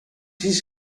his